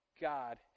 God